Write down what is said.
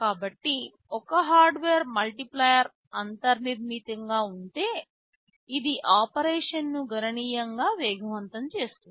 కాబట్టి ఒక hardware multiplier అంతర్నిర్మితంగా ఉంటే ఇది ఆపరేషన్ను గణనీయంగా వేగవంతం చేస్తుంది